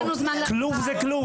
כלוב זה כלוב.